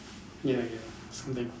ya ya